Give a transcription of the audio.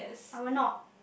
I will not